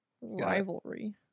rivalry